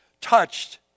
touched